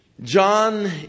John